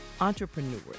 entrepreneurs